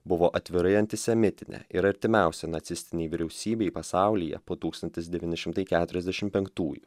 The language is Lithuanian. buvo atvirai antisemitinė ir artimiausia nacistinei vyriausybei pasaulyje po po tūkstantis devyni šimtai keturiasdešim penktųjų